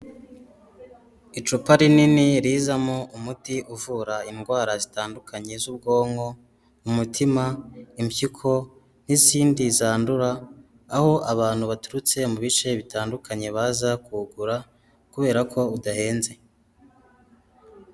Icupa rinini rizamo umuti uvura indwara zitandukanye z'ubwonko, umutima, impyiko n'izindi zandura, aho abantu baturutse mu bice bitandukanye baza kuwugura kubera ko udahenze.